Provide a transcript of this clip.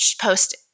post